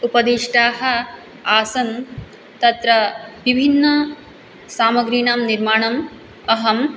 उपदिष्टाः आसन् तत्र विभिन्नसामग्रीणां निर्माणम् अहं